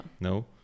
No